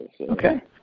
Okay